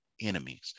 enemies